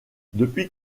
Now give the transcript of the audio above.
depuis